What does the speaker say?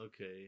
Okay